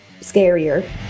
scarier